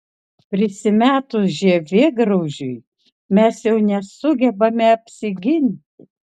prisimetus žievėgraužiui mes jau nesugebame apsiginti